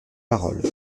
paroles